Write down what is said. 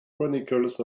chronicles